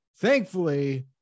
thankfully